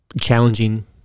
challenging